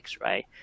right